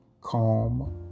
Calm